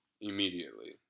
immediately